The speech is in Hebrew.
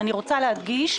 אני רוצה להדגיש,